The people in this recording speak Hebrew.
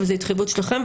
אבל זו התחייבות שלכם.